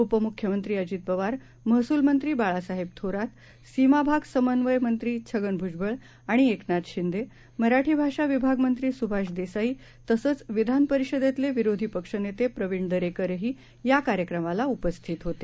उपमुख्यमंत्रीअजितपवार महसूलमंत्रीबाळासाहेबथोरात सीमाभागसमन्वयकमंत्रीछगनभ्जबळआणिएकनाथशिंदे मराठीभाषाविभागमंत्रीसुभाषदेसाईतसंचविधानपरिषदेतलेविरोधीपक्षनेतेप्रवीणदरेकरही याकार्यक्रमालाउपस्थितहोते